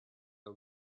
the